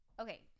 Okay